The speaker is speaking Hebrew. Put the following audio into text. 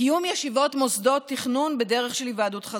קיום ישיבות מוסדות תכנון בדרך של היוועדות חזותית,